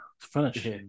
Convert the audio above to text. Finish